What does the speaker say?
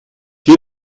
hier